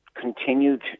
continued